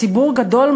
ציבור גדול,